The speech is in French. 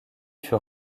fut